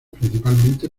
principalmente